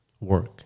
work